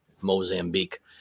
Mozambique